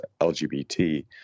LGBT